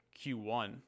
Q1